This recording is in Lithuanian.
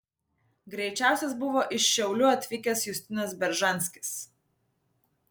greičiausias buvo iš šiaulių atvykęs justinas beržanskis